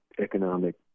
economic